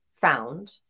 found